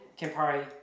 Campari